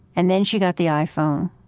and then she got the iphone.